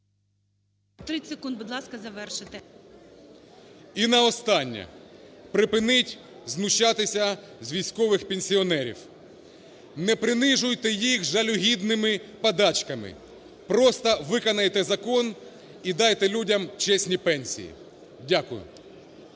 І на останнє. Припиніть знущатися з військових пенсіонерів, не принижуйте їх жалюгідними подачками, просто виконайте закон і дайте людям чесні пенсії. Дякую.